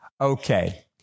Okay